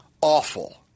awful